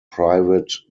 private